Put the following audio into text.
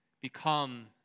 become